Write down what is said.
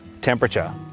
temperature